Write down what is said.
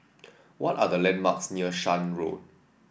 what are the landmarks near Shan Road